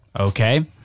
Okay